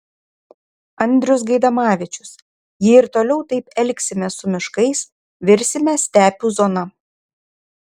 andrius gaidamavičius jei ir toliau taip elgsimės su miškais virsime stepių zona